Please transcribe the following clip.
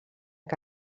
que